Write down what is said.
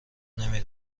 نمی